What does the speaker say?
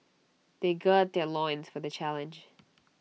they gird their loins for the challenge